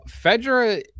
Fedra